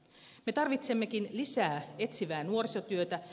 me tarvitsemmekin lisää etsivää nuorisotyötä